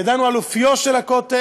ידענו על אופיו של הכותל,